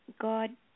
God